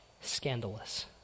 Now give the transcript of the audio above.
scandalous